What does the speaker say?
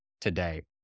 today